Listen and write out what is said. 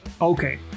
Okay